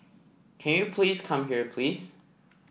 can you please come here please